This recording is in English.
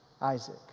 Isaac